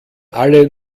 alle